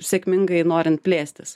sėkmingai norint plėstis